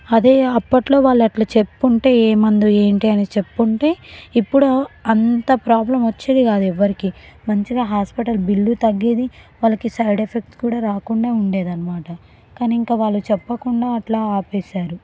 అదే అప్పట్లో వాళ్ళు అట్లా చెప్పుంటే ఏ మందు ఏంటి అని చెప్పుంటే ఇప్పుడు అంత ప్రాబ్లం వచ్చేది కాదు ఎవ్వరికీ మంచిగా హాస్పిటల్ బిల్లు తగ్గేది వాళ్ళకి సైడ్ ఎఫెక్ట్స్ కూడా రాకుండా ఉండేదన్నమాట కానీ ఇంక వాళ్ళు చెప్పకుండా అట్లా ఆపేసారు